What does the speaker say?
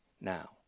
now